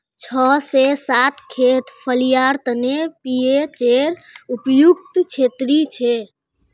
छह से सात खेत फलियार तने पीएचेर उपयुक्त श्रेणी छे